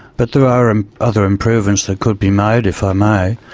but there are and other improvements that could be made, if um i